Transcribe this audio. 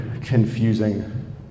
confusing